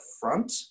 front